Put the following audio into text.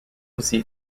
aussi